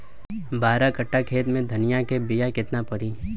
बारह कट्ठाखेत में धनिया के बीया केतना परी?